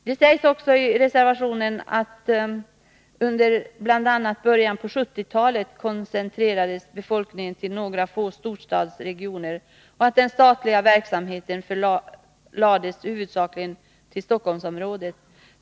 Det sägs i reservationen vidare att befolkningen bl.a. under början av 1970-talet koncentrerades till några få storstadsregioner och att den statliga verksamheten huvudsakligen förlades till Stockholmsområdet.